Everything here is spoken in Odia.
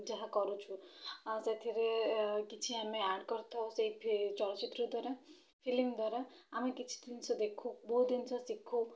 ଯାହା କରୁଛୁ ସେଥିରେ କିଛି ଆମେ ଆଡ଼୍ କରିଥାଉ ସେହି ସେହି ଚଳଚ୍ଚିତ୍ର ଦ୍ଵାରା ଫିଲ୍ମ ଦ୍ଵାରା ଆମେ କିଛି ଜିନିଷ ଦେଖୁ ବହୁତ ଜିନିଷ ଶିଖୁ